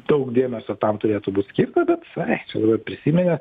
daug dėmesio tam turėtų būt skirta bet ai čia dabar prisiminė